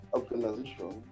organization